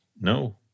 no